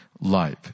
life